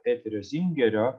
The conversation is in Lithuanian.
peterio zingerio